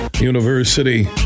University